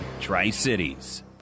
Tri-Cities